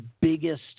biggest